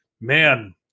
man